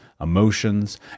emotions